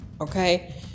okay